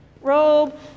robe